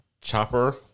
Chopper